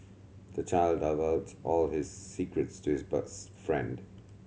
the child divulged all his secrets to his best friend